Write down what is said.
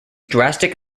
drastic